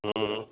हूं हूं हूं